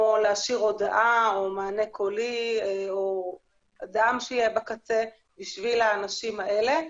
מענה קולי או אדם שיהיה בקצה עבור האנשים האלה.